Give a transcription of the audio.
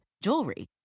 jewelry